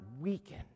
weaken